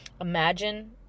imagine